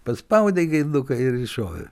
paspaudei gaiduką ir iššovė